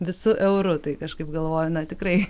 visu euru tai kažkaip galvoju na tikrai